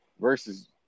versus